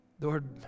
Lord